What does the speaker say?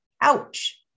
ouch